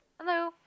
hello